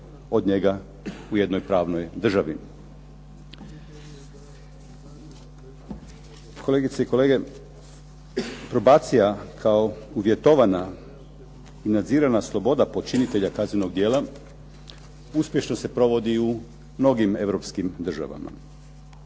od njega u jednoj pravnoj državi. Kolegice i kolege, probacija kao uvjetovana i nadzirana sloboda počinitelja kaznenog djela uspješno se provodi u mnogim europskim državama.